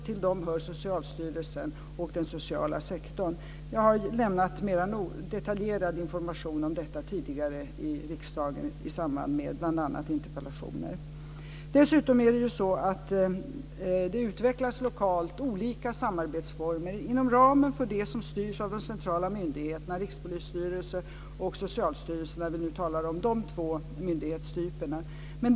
Till dem hör Socialstyrelsen och den sociala sektorn. Jag har lämnat mer detaljerad information om detta tidigare i riksdagen i samband med bl.a. interpellationer. Dessutom utvecklas det lokalt olika samarbetsformer inom ramen för det som styrs av de centrala myndigheterna, Rikspolisstyrelsen och Socialstyrelsen, när vi nu talar om de två myndighetstyperna.